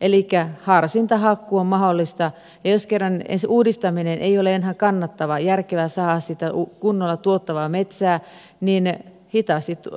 elikkä harsintahakkuu on mahdollista ja jos kerran uudistaminen ei ole enää kannattavaa ei ole järkevää saada siitä kunnolla tuottavaa metsää niin